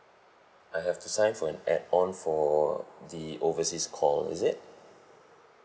I have to sign for an add on for the overseas call is it